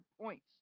points